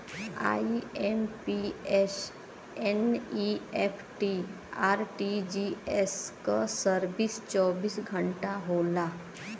IMPS, NEFT, RTGS क service चौबीस घंटा होला